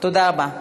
תודה רבה.